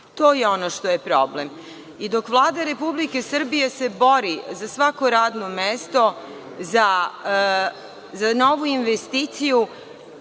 To je ono što je problem i dok Vlada Republike Srbije se bori za svako radno mesto, za novu investiciju,